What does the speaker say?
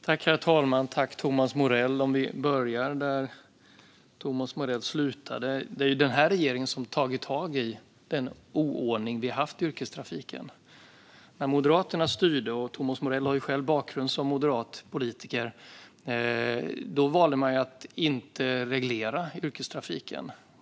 Herr talman! Låt mig börja där Thomas Morell slutade. Det är ju denna regering som har tagit tag i den oordning vi haft i yrkestrafiken. När Moderaterna styrde, och Thomas Morell har ju själv en bakgrund som moderat politiker, valde man att inte reglera yrkestrafiken.